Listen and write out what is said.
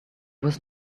was